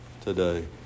today